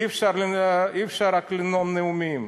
אי-אפשר רק לנאום נאומים.